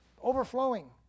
overflowing